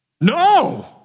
No